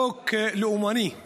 צר לי לבשר לך,